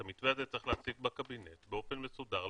את המתווה הזה צריך להציג בקבינט באופן מסודר,